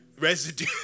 residue